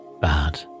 Bad